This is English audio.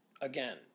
Again